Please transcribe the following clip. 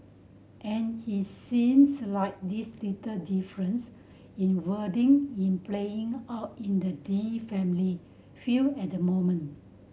and it seems like these little difference in wording in playing out in the Lee family field at the moment